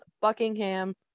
buckingham